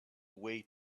way